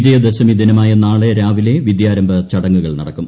വിജയദശമി ദിനമായ നാളെ രാവിലെ വിദ്യാരംഭ ചടങ്ങുകൾ നടക്കും